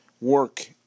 work